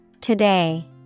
Today